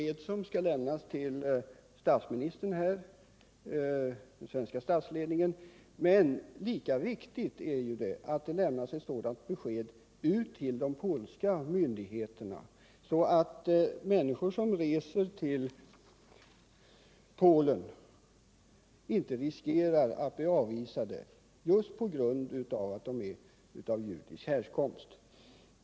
Ett sådant besked skall lämnas till den svenska statsledningen, men det är lika viktigt att det lämnas till de polska myndigheterna, så att de människor som reser till Polen inte riskerar att bli avvisade på grund av att de är av judisk härkomst.